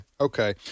Okay